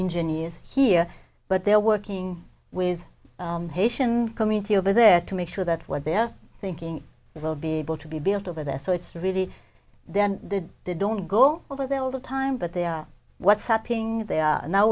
engineers here but they're working with haitian community over there to make sure that what they're thinking will be able to be built over there so it's really then don't go over there all the time but they are what's happening now